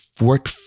work